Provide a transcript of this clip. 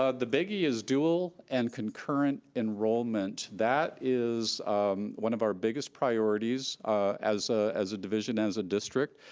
ah the biggie is dual and concurrent enrollment. that is one of our biggest priorities as as a division, as a district.